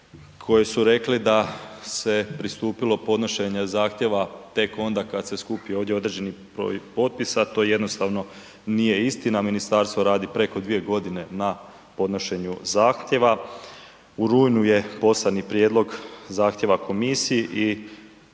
koje su rekle da se pristupilo podnošenje zahtjeva tek onda kad se skupi ovdje određeni broj potpisa, to jednostavno nije istina. Ministarstvo radi preko 2 godine na podnošenju zahtjeva. U rujnu je poslani prijedlog zahtjeva komisiji i